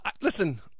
listen